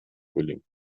frühling